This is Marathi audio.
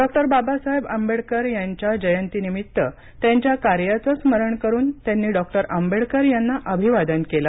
डॉ बाबासाहेब आंबेडकर यांच्या जयंतीनिमित्त त्यांच्या कार्याचं स्मरण करून त्यांनी डॉ आंबेडकर यांना अभिवादन केलं